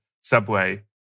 subway